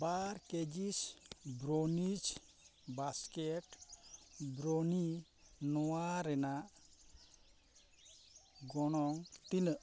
ᱵᱟᱨ ᱠᱮᱡᱤᱥ brownies basket brownie ᱱᱚᱣᱟ ᱨᱮᱱᱟᱜ ᱜᱚᱱᱚᱝ ᱛᱤᱱᱟᱹᱜ